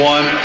One